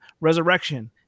resurrection